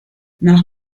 nach